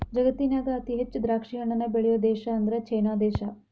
ಜಗತ್ತಿನ್ಯಾಗ ಅತಿ ಹೆಚ್ಚ್ ದ್ರಾಕ್ಷಿಹಣ್ಣನ್ನ ಬೆಳಿಯೋ ದೇಶ ಅಂದ್ರ ಚೇನಾ ದೇಶ